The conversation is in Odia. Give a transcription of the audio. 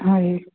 ହଏ